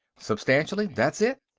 substantially, that's it.